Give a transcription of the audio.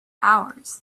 hours